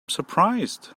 surprised